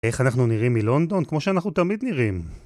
איך אנחנו נראים מלונדון כמו שאנחנו תמיד נראים